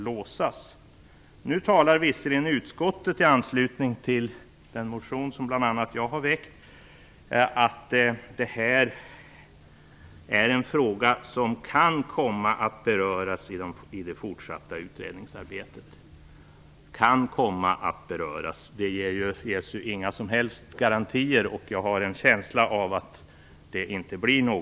Visserligen säger utskottet i anslutning till den motion som bl.a. jag har väckt att det här är en fråga som kan komma att beröras i det fortsatta utredningsarbetet. Men det ges inga som helst garantier och jag har en känsla av att det inte blir så.